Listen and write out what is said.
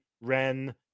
Ren